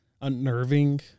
unnerving